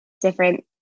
different